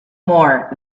more